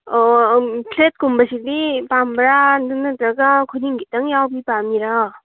ꯑꯣ ꯐ꯭ꯂꯦꯠꯀꯨꯝꯕꯁꯤꯗꯤ ꯄꯥꯝꯕ꯭ꯔ ꯑꯗꯨ ꯅꯠꯇ꯭ꯔꯒ ꯈꯨꯅꯤꯡ ꯈꯤꯇꯪ ꯌꯥꯎꯕꯤ ꯄꯥꯝꯃꯤꯔꯣ